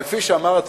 אבל כפי שאמרתי,